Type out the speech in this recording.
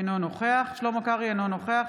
אינו נוכח שלמה קרעי, אינו נוכח